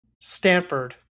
stanford